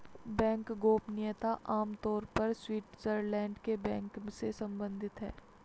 bank गोपनीयता आम तौर पर स्विटज़रलैंड के बैंक से सम्बंधित है